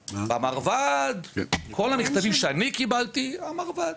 במרב"ד, כל המכתבים שאני קיבלתי, 'המרב"ד'.